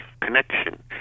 connection